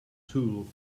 tool